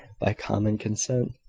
by common consent,